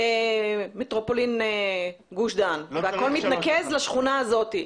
מטרופולין גוש דן והכל מתנקז לשכונה הזאת.